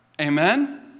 amen